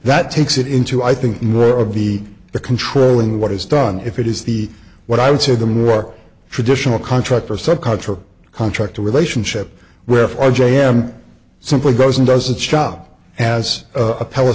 that takes it into i think more of the the controlling what is done if it is the what i would say the more traditional contractor sub contractor contractor relationship where for j m simply goes and does its job as a